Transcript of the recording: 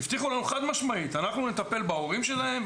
הבטיחו לנו חד-משמעית: אנחנו נטפל בהורים שלהם,